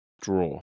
Draw